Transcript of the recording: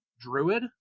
druid